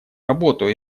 работу